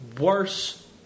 worse